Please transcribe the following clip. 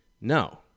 No